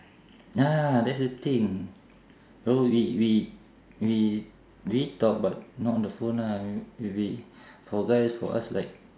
ya that's the thing so we we we we talk but not on the phone lah maybe for guys for us like